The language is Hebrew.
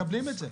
מקבלים את זה.